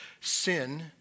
Sin